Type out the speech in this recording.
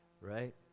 right